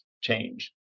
change